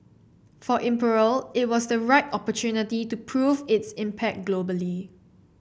for Imperial it was the right opportunity to prove its impact globally